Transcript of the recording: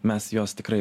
mes jos tikrai